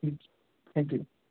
thank you